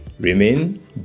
remain